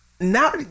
Now